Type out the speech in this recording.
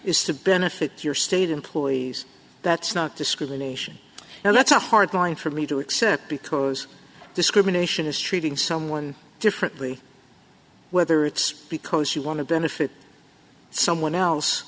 is to benefit your state employees that's not discrimination now that's a hard going for me to accept because discrimination is treating someone differently whether it's because you want to benefit someone else